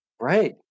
Right